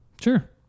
Sure